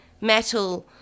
metal